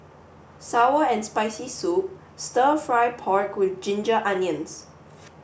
sour and spicy soup stir fry pork with ginger onions